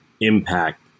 impact